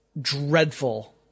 dreadful